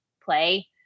play